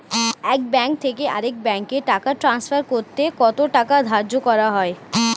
এক ব্যাংক থেকে আরেক ব্যাংকে টাকা টান্সফার করতে কত টাকা ধার্য করা হয়?